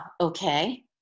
okay